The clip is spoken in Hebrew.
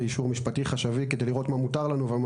אפשר לייצר כאן איזה שהוא פתרון ובאופן